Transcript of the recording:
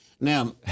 Now